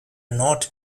not